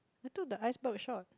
I took the iceberg shot